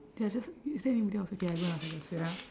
ya just is there anybody outside okay I go and ask I go ask wait ah